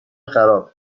خراب